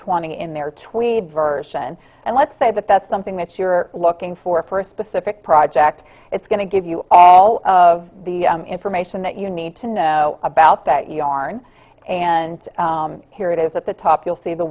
twenty in their tweed version and let's say that that's something that you're looking for for a specific project it's going to give you all of the information that you need to know about that yarn and here it is at the top you'll see the